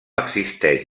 existeix